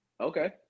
Okay